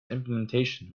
implementation